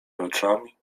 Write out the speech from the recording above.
oczami